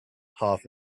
half